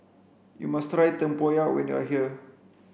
you must try Tempoyak when you are here